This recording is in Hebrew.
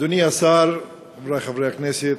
אדוני השר, חברי חברי הכנסת,